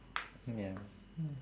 ya